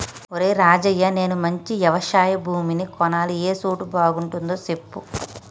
ఒరేయ్ రాజయ్య నేను మంచి యవశయ భూమిని కొనాలి ఏ సోటు బాగుంటదో సెప్పు